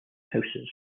houses